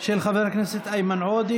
של חבר הכנסת איימן עודה,